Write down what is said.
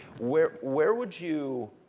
where where would you,